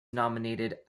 nominated